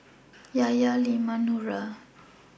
Yahya Leman and Nura